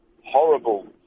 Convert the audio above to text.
horrible